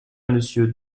monsieur